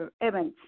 events